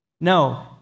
No